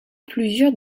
plusieurs